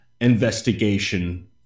investigation